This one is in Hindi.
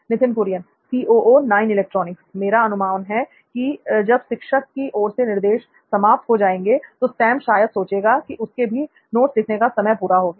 नित्थिन कुरियन मेरा अनुमान है की जब शिक्षक की ओर से निर्देश समाप्त हो जाएंगे तो सैम शायद सोचेगा की उसके भी नोट्स लिखने का समय पूरा हो गया है